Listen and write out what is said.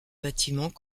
bâtiments